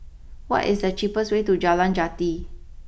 what is the cheapest way to Jalan Jati